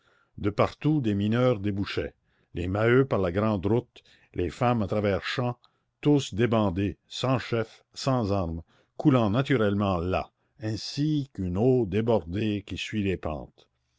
de partout des mineurs débouchaient les maheu par la grande route les femmes à travers champs tous débandés sans chefs sans armes coulant naturellement là ainsi qu'une eau débordée qui suit les pentes